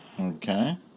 Okay